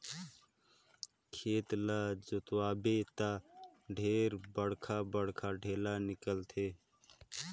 खेत ल जोतवाबे त ढेरे बड़खा बड़खा ढ़ेला निकलथे